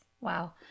wow